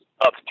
up